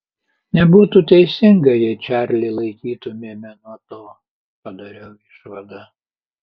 nebūtų teisinga jei čarlį laikytumėme nuo to padariau išvadą